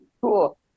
cool